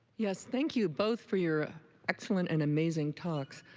yes. thank you both for your excellent and amazing talks.